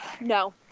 No